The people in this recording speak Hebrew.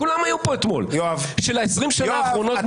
כל המומחים של 20 השנים האחרונות.